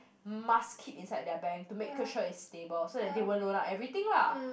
must keep inside their bank to make sure it's stable so they won't loan out everything lah